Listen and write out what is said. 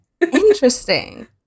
interesting